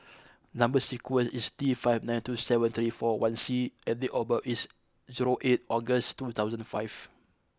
number sequence is T five nine two seven three four one C and date of birth is zero eight August two thousand five